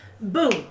boom